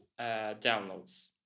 downloads